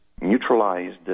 neutralized